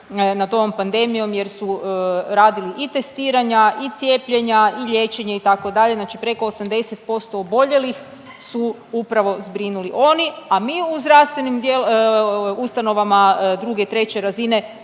nad ovom pandemijom jer su radili i testiranja i cijepljenja i liječenje itd. Znači preko 80% oboljelih su upravo zbrinuli oni, a mi u zdravstvenim ustanovama druge i treće razine